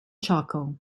charcoal